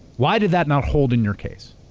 why did that not hold in your case?